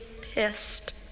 pissed